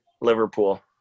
Liverpool